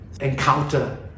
encounter